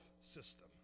system